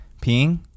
Peeing